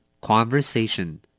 Conversation